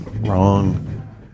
wrong